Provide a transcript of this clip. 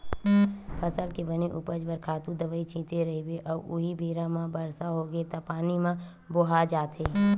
फसल के बने उपज बर खातू दवई छिते रहिबे अउ उहीं बेरा म बरसा होगे त पानी म बोहा जाथे